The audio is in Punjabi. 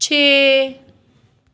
ਛੇ